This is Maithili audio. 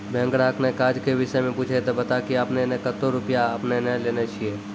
बैंक ग्राहक ने काज के विषय मे पुछे ते बता की आपने ने कतो रुपिया आपने ने लेने छिए?